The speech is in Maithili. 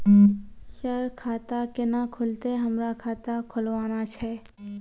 सर खाता केना खुलतै, हमरा खाता खोलवाना छै?